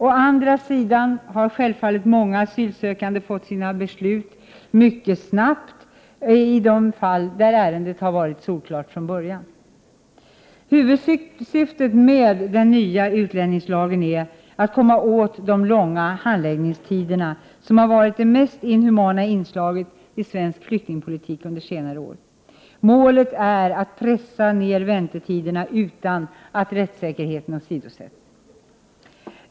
I de fall ärendet varit solklart från början har å andra sidan självfallet många asylsökande fått sina beslut mycket snabbt. Huvudsyftet med den nya utlänningslagen är att komma åt de långa handläggningstiderna, som varit det mest inhumana inslaget i svensk flyktingpolitik under senare år. Målet är att minska väntetiderna utan att rättssäkerheten åsidosätts.